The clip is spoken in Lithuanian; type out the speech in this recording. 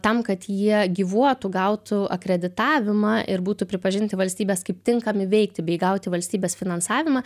tam kad jie gyvuotų gautų akreditavimą ir būtų pripažinti valstybės kaip tinkami veikti bei gauti valstybės finansavimą